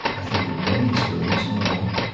i think in many schools, not all,